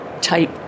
type